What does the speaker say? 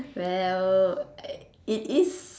well it is